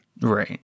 right